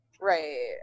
Right